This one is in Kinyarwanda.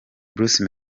bruce